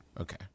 okay